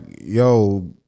yo